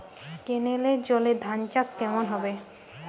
কেনেলের জলে ধানচাষ কেমন হবে?